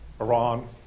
Iran